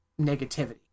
negativity